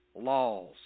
laws